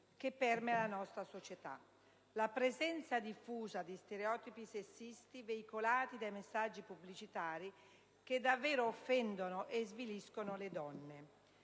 che permea la nostra società, ossia la presenza diffusa di stereotipi sessisti veicolati da messaggi pubblicitari che offendono e sviliscono le donne.